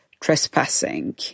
trespassing